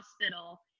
hospital